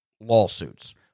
lawsuits